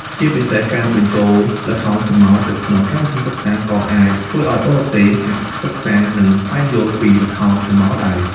ជាពិសេសការបញ្ចូលល្ខោនស្រមោលទៅក្នុងកម្មវិធីសិក្សាក៏អាចធ្វើឲ្យបរទេសអាចសិក្សា និងស្វែងយល់ពីល្ខោនស្រមោលដែរ។